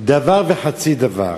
דבר וחצי דבר.